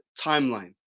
timeline